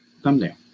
thumbnail